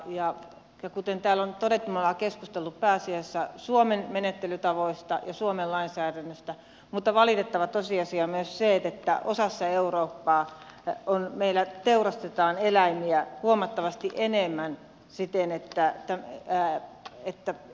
kuten täällä on todettu me olemme keskustelleet pääasiassa suomen menettelytavoista ja suomen lainsäädännöstä mutta valitettava tosiasia on myös se että osassa eurooppaa teurastetaan eläimiä huomattavasti enemmän siten että eräät että